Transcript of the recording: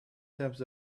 terms